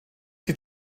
die